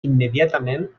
immediatament